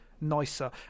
nicer